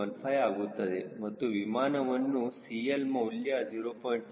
15 ಆಗುತ್ತದೆ ಮತ್ತು ವಿಮಾನವನ್ನು CL ಮೌಲ್ಯ 0